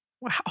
Wow